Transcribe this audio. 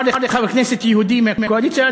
אמר לי חבר כנסת יהודי מהקואליציה,